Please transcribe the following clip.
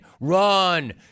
Run